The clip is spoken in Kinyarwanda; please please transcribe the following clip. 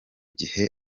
gihe